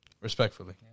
Respectfully